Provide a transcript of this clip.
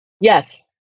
Yes